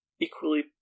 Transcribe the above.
equally